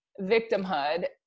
victimhood